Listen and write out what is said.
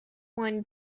won